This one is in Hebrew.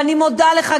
ואני מודה לך,